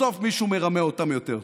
בסוף מישהו מרמה אותם יותר טוב.